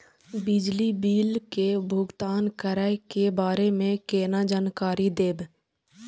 बिजली बिल के भुगतान करै के बारे में केना जानकारी देब?